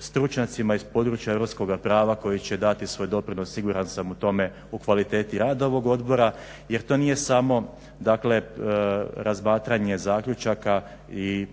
stručnjacima iz područja europskoga prava koji će dati svoj doprinos siguran sam u tome u kvaliteti rada ovog odbora jer to nije samo razmatranje zaključaka i